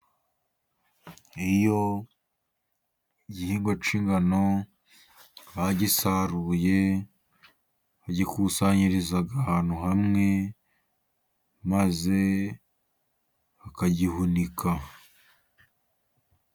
Iyo igihingwa cy'ingano bagisaruye, bagikusanyiriza ahantu hamwe, maze bakagihunika.